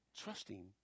trusting